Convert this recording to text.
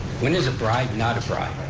when is a bribe not a bribe?